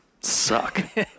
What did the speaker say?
suck